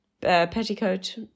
Petticoat